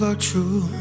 True